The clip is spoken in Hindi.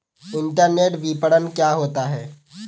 इंटरनेट विपणन क्या होता है?